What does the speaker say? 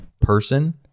person